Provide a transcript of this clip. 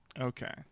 okay